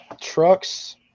trucks